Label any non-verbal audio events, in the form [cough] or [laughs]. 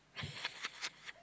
[laughs]